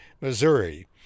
Missouri